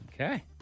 Okay